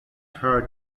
her